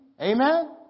Amen